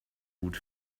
gut